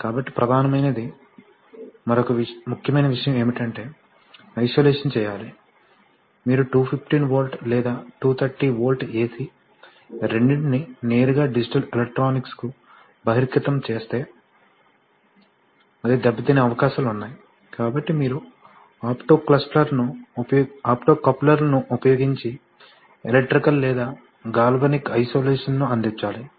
కాబట్టి ప్రధానమైనది మరొక ముఖ్యమైన విషయం ఏమిటంటే ఐసోలేషన్ చేయాలి మీరు 215 వోల్ట్ లేదా 230 వోల్ట్ ఎసి రెండింటినీ నేరుగా డిజిటల్ ఎలక్ట్రానిక్స్ను బహిర్గతం చేస్తే అది దెబ్బతినే అవకాశాలు ఉన్నాయి కాబట్టి మీరు ఆప్టో కప్లర్లను ఉపయోగించి ఎలక్ట్రికల్ లేదా గాల్వానిక్ ఐసోలేషన్ను అందించాలి